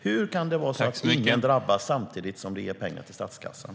Hur kan det vara så att ingen drabbas samtidigt som det ger pengar till statskassan?